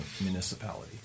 municipality